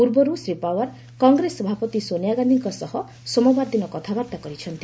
ପୂର୍ବରୁ ଶ୍ରୀ ପାୱାର କଂଗ୍ରେସ ସଭାପତି ସୋନିଆ ଗାନ୍ଧିଙ୍କ ସହ ସୋମବାର ଦିନ କଥାବାର୍ତ୍ତା କରିଛନ୍ତି